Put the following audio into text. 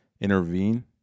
intervene